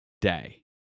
day